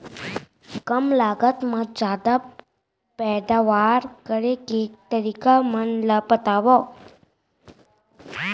कम लागत मा जादा पैदावार करे के तरीका मन ला बतावव?